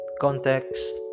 context